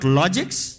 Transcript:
logics